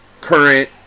current